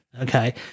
okay